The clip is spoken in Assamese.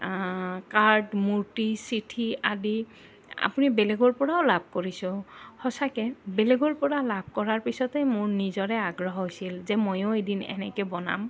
কাৰ্ড মূৰ্তি চিঠি আদি আপুনি বেলেগৰ পৰাও লাভ কৰিছো সঁচাকে বেলেগৰ পৰা লাভ কৰাৰ পিছতেই মোৰ নিজৰে আগ্ৰহ হৈছিল যে ময়ো এদিন এনেকে বনাম